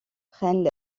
prennent